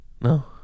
no